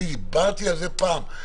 דיברתי על זה פעם?